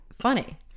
funny